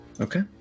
Okay